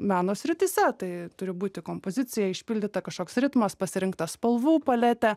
meno srityse tai turi būti kompozicija išpildyta kažkoks ritmas pasirinkta spalvų paletė